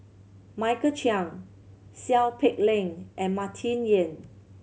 Michael Chiang Seow Peck Leng and Martin Yan